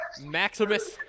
Maximus